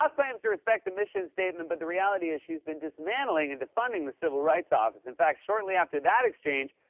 ah claims to respect the mission statement, but the reality is, she's been dismantling and defunding the civil rights office. in fact, shortly after that exchange,